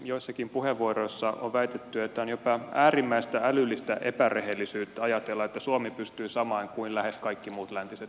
joissakin puheenvuoroissa on väitetty että on jopa äärimmäistä älyllistä epärehellisyyttä ajatella että suomi pystyy samaan kuin lähes kaikki muut läntiset teollisuusmaat